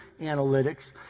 analytics